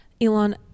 Elon